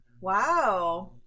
Wow